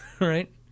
right